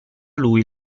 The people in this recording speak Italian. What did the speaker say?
lui